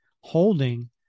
holding